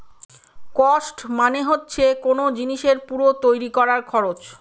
cost মানে হচ্ছে কোন জিনিসের পুরো তৈরী করার খরচ